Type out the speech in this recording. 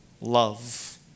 love